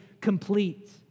complete